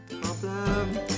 Problem